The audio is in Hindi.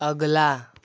अगला